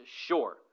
Sure